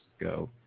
go